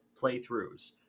playthroughs